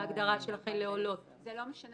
לא משנה